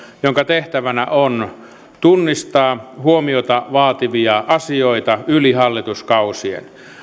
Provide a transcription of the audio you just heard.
jonka tehtävänä on tunnistaa huomiota vaativia asioita yli hallituskausien tulevaisuusselonteoissa